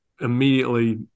immediately